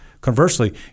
Conversely